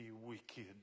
wicked